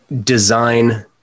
design